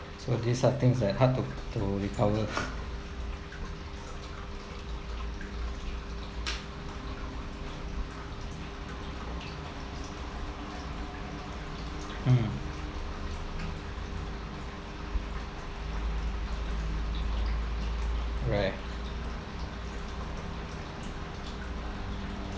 so these are things that hard to to recover mm right